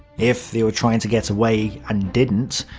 if they were trying to get away, and didn't,